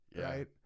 right